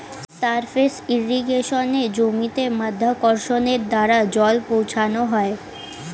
surface ইর্রিগেশনে জমিতে মাধ্যাকর্ষণের দ্বারা জল পৌঁছানো হয়